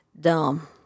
dumb